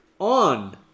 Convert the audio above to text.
on